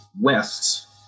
west